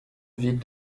villes